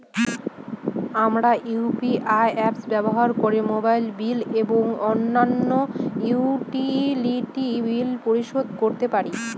আমরা UPI apps ব্যবহার করে মোবাইল বিল এবং অন্যান্য ইউটিলিটি বিল পরিশোধ করতে পারি